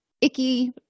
icky